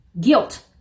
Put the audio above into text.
guilt